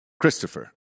Christopher